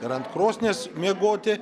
ir ant krosnies miegoti